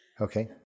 okay